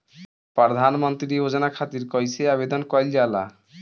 प्रधानमंत्री योजना खातिर कइसे आवेदन कइल जाला?